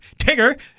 tigger